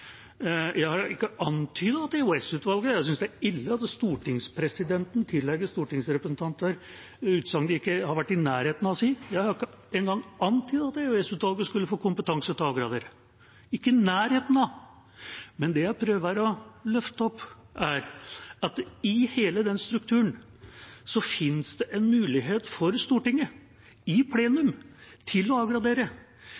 Jeg synes det er ille at stortingspresidenten tillegger stortingsrepresentanter utsagn de ikke har vært i nærheten av å si – jeg har ikke antydet at EOS-utvalget skulle få kompetanse til å avgradere, ikke i nærheten. Det jeg prøver å løfte opp, er at i hele den strukturen finnes det en mulighet for Stortinget i